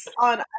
on